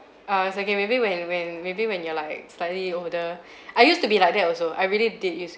oh it's okay maybe when when maybe when you're like slightly older I used to be like that also I really did used